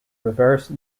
reverse